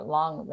long